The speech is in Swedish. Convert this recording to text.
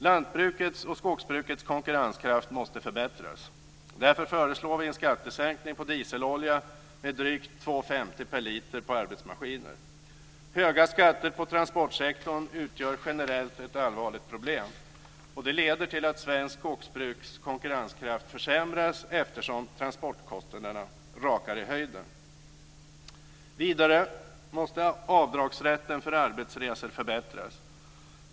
Lantbrukets och skogsbrukets konkurrenskraft måste förbättras. Därför föreslår vi en skattesänkning på dieselolja med drygt 2:50 kr per liter på arbetsmaskiner. Höga skatter på transportsektorn utgör generellt ett allvarligt problem, och det leder till att svenskt skogsbruks konkurrenskraft försämras eftersom transportkostnaderna rakar i höjden. Vidare måste avdragsrätten för arbetsresor förbättras.